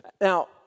Now